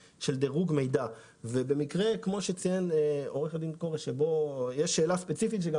במקרה כמו שציין עורך הדין כורש שבו יש שאלה ספציפית שגם